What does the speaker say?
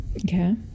Okay